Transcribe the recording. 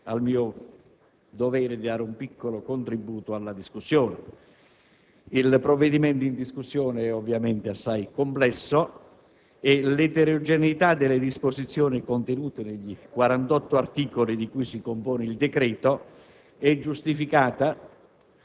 al mio dovere di dare un piccolo contributo al dibattito. Il provvedimento in discussione è assai complesso e l'eterogeneità delle disposizioni contenute nei 48 articoli di cui si compone è giustificata